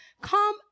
come